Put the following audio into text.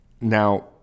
Now